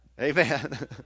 Amen